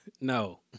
No